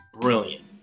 brilliant